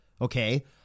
okay